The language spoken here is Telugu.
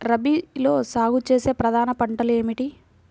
రబీలో సాగు చేసే ప్రధాన పంటలు ఏమిటి?